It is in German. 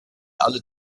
alle